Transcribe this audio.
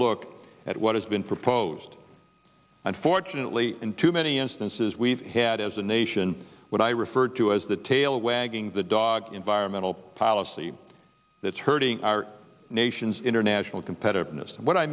look at what has been proposed unfortunately in too many instances we've had as a nation what i refer to as the tail wagging the dog environmental policy that's hurting our nation's international competitiveness and what i